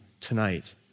tonight